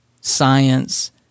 science